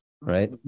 Right